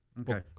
Okay